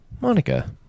Monica